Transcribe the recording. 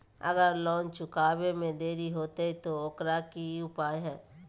अगर लोन चुकावे में देरी होते तो ओकर की उपाय है?